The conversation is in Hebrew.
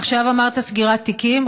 עכשיו, אמרת סגירת תיקים.